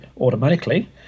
automatically